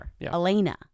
Elena